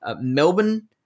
Melbourne